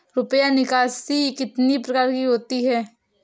रुपया निकासी कितनी प्रकार की होती है?